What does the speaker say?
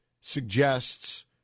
suggests